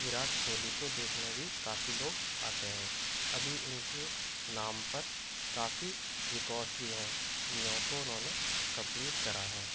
وراٹ کوہلی کو دیکھنے بھی کافی لوگ آتے ہیں ابھی اُن کے نام پر کافی رکارڈس بھی ہیں جنہوں کو اُنہوں نے کمپلیٹ کرا ہے